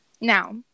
Now